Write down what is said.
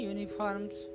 Uniforms